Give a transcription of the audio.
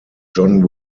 john